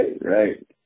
right